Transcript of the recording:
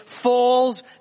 falls